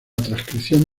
transcripción